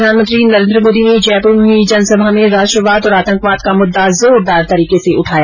प्रधानमंत्री नरेन्द्र मोदी ने जयपुर में हुई जनसभा में राष्ट्रवाद और आतंकवाद का मुददा जोरदार तरीके से उठाया